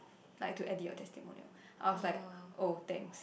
like to edit your testimonial I was like oh thanks